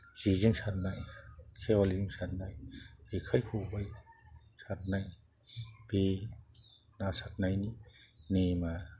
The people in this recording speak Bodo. जेजों सारनाय खेवालिजों सारनाय जेखाइ खबाइ सारनाय बे ना सारनायनि नेमआ नंखागौ